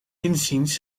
inziens